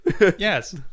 Yes